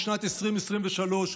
בשנת 2023,